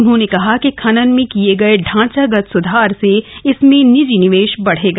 उन्होंने कहा कि खनन में किए गए ढांचागत सुधार से इसमें निजी निवेश बढ़ेगा